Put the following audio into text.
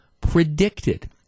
predicted